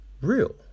real